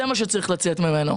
זה מה שצריך לצאת ממנו.